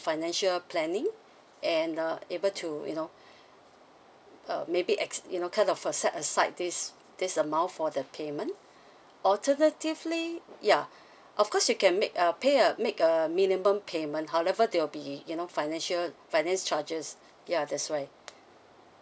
financial planning and uh able to you know uh maybe ex~ you know kind of a set aside this this amount for the payment alternatively ya of course you can make a pay uh make a minimum payment however there will be you know financial finance charges ya that's why